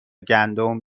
گندم